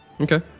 Okay